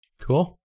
Cool